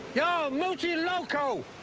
y'all are muchie loco!